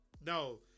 No